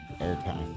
airtime